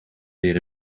weer